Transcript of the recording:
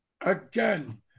again